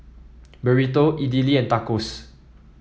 Burrito Idili and Tacos